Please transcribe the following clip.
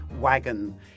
wagon